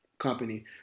company